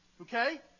Okay